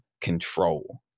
control